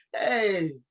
hey